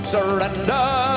Surrender